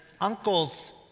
uncles